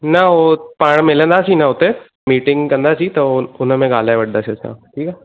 न हो पाण मिलंदासीं न हुते मीटिंग कंदासीं त हुन में ॻाल्हाए वठंदासी असां ठीकु आहे